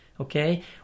okay